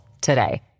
today